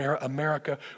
America